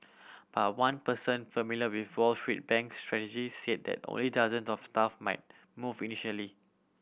but one person familiar with Wall Street bank's strategy said that only dozens of staff might move initially